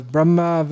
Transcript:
Brahma